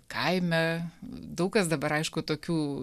kaime daug kas dabar aišku tokių